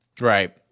Right